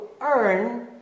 earn